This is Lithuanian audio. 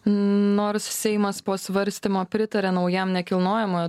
nors seimas po svarstymo pritarė naujam nekilnojamojo